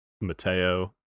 Mateo